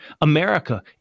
America